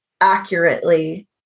accurately